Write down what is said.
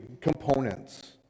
components